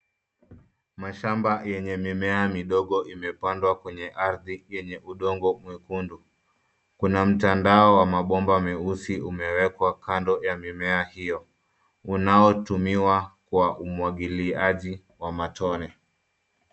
Mashamba yenye mimea midogo imepandwa kwenye ardhi yenye udongo mwekundu. Kuna mtandao wa mabomba meusi umewekwa kando ya mimea hio unaotumiwa kwa umwagiliaji wa matone.